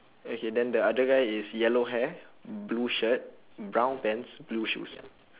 okay then the other guy is yellow hair blue shirt brown pants blue shoes